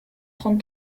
trente